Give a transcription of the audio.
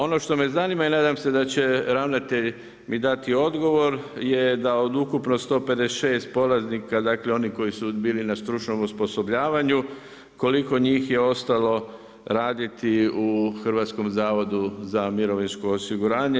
Ono što me zanima i nadam se da će ravnatelj mi dati odgovor, je da od ukupno 156 polaznika, dakle oni koji su bili na stručnom osposobljavanju koliko njih je ostalo raditi u Hrvatskom zavodu za mirovinsko osiguranje.